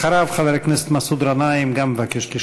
אחריו, חבר